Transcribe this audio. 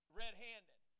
red-handed